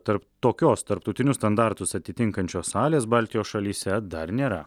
tarp tokios tarptautinius standartus atitinkančios salės baltijos šalyse dar nėra